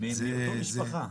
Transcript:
העשירי, מאותה משפחה.